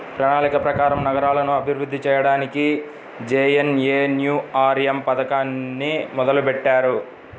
ప్రణాళిక ప్రకారం నగరాలను అభివృద్ధి చెయ్యడానికి జేఎన్ఎన్యూఆర్ఎమ్ పథకాన్ని మొదలుబెట్టారు